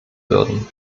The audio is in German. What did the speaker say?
würden